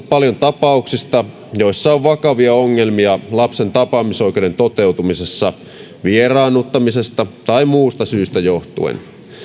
paljon keskusteltu tapauksista joissa on vakavia ongelmia lapsen tapaamisoikeuden toteutumisessa vieraannuttamisesta tai muusta syystä johtuen